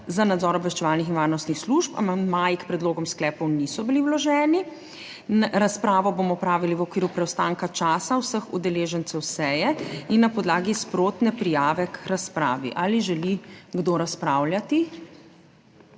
za nadzor obveščevalnih in varnostnih služb. Amandmaji k predlogom sklepov niso bili vloženi. Razpravo bomo opravili v okviru preostanka časa vseh udeležencev seje in na podlagi sprotne prijave k razpravi. Ali želi kdo razpravljati?